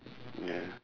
ya